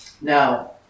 Now